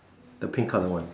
the pink color one